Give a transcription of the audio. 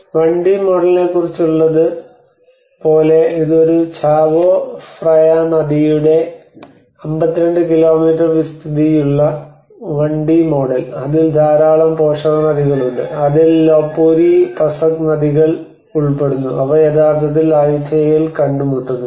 1 D മോഡലിനെക്കുറിച്ചുള്ളത് പോലെ ഇത് ഒരു ചാവോ ഫ്രയാ നദിയുടെ 52 കിലോമീറ്റർ വിസ്തൃതിയുള്ള 1 ഡി മോഡൽ അതിൽ ധാരാളം പോഷകനദികളുണ്ട് അതിൽ ലോപ്ബുരി പസക് നദികൾ Lopburi Pasak rivers ഉൾപ്പെടുന്നു അവ യഥാർത്ഥത്തിൽ അയുത്തായയിൽ കണ്ടുമുട്ടുന്നു